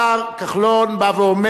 השר כחלון אומר: